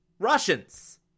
Russians